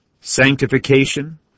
sanctification